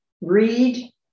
read